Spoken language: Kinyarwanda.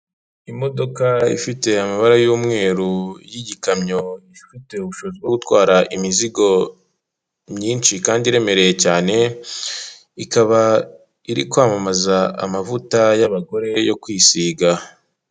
Imodoka ifite amabara y'umweru y'igikamyo ifite ubushobozi bwo gutwara imizigo myinshi kandi iremereye cyane, ikaba iri kwamamaza amavuta y'abagore yo kwisiga.